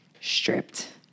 Stripped